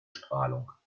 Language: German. strahlung